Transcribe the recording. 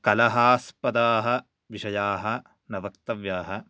कलहास्पदाः विषयाः न वक्तव्याः